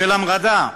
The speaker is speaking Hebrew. של המרדה,